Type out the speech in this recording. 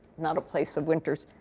not a place of winters.